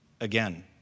Again